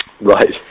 Right